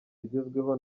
zigezweho